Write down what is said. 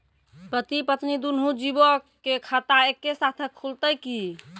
पति पत्नी दुनहु जीबो के खाता एक्के साथै खुलते की?